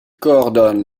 coordonne